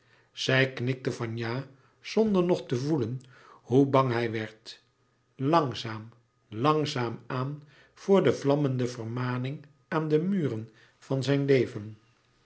zij knikte van ja zonder nog te voelen hoe bang hij werd langzaam langzaam aan voor de vlammende vermaning aan de muren van zijn leven